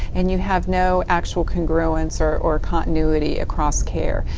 and you have no actual congruence or or continuity across care.